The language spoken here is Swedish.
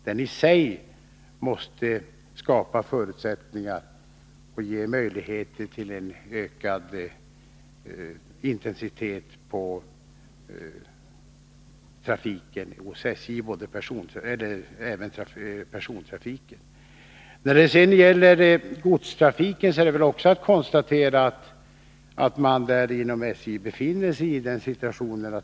Denna måste själv skapa förutsättningar för och ge möjligheter till ökad trafikintensitet, även när det gäller persontrafiken.